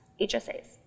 HSAs